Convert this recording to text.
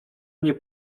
nie